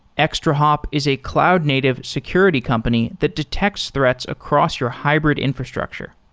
extrahop is a cloud-native security company that detects threats across your hybrid infrastructure.